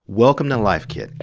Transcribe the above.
welcome to life kit.